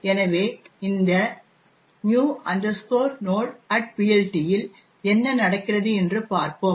எனவே இந்த new nodePLT இல் என்ன நடக்கிறது என்று பார்ப்போம்